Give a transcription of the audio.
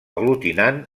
aglutinant